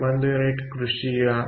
1 unit ಕೃಷಿಯ 0